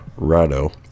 Rado